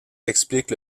explique